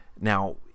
Now